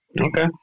Okay